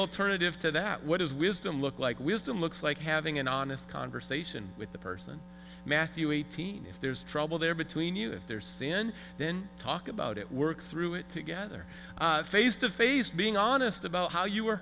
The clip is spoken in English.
alternative to that what is wisdom look like wisdom looks like having an honest conversation with the person matthew eighteen if there's trouble there between you if there sin then talk about it work through it together face to face being honest about how you were